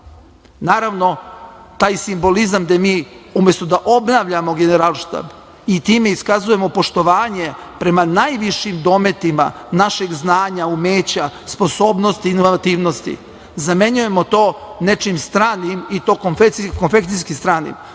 glavna. Naravno, taj simbolizam gde mi umesto da obnavljamo Generalštab i time iskazujemo poštovanje prema tim najvišim dometima naših znanja i umeća, sposobnosti, zamenjujemo to nečim stranim i to konfekcijski stranim.